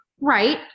right